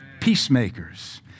Peacemakers